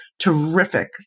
terrific